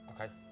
Okay